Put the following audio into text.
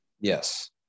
Yes